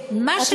ומה שלא יהיה,